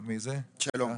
שלום.